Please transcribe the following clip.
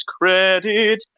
credit